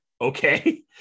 Okay